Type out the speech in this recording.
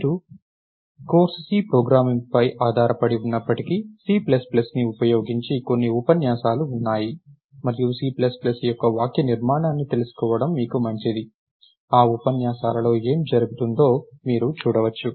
మీ కోర్సు సి ప్రోగ్రామింగ్పై ఆధారపడి ఉన్నప్పటికీ సి ప్లస్ ప్లస్ని ఉపయోగించి కొన్ని ఉపన్యాసాలు ఉన్నాయి మరియు సి ప్లస్ ప్లస్ యొక్క వాక్యనిర్మాణాన్ని తెలుసుకోవడం మీకు మంచిది ఆ ఉపన్యాసాలలో ఏమి జరుగుతుందో మీరు చూడవచ్చు